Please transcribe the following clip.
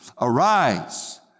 Arise